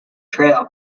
trail